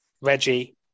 Reggie